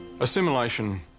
Assimilation